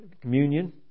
communion